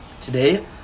Today